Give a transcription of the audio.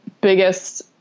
biggest